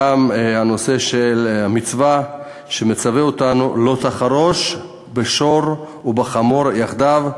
גם המצווה "לא תחרֹש בשור ובחמֹר יחדיו",